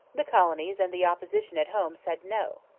the colonies and the opposition at home said no.